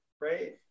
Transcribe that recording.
right